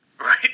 Right